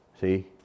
see